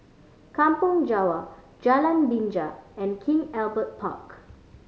Kampong Java Jalan Binja and King Albert Park